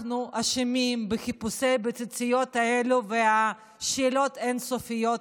אנחנו אשמים בחיפושים בציציות האלה והשאלות האין-סופיות האלה,